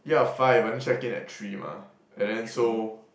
yeah five but then check in at three mah and then so